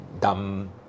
dumb